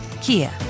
Kia